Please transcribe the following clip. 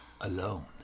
Alone